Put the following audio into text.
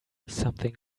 something